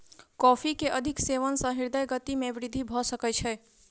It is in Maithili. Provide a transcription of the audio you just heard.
कॉफ़ी के अधिक सेवन सॅ हृदय गति में वृद्धि भ सकै छै